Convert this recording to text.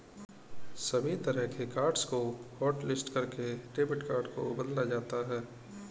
सभी तरह के कार्ड्स को हाटलिस्ट करके डेबिट कार्ड को बदला जाता है